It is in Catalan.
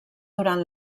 durant